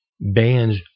bands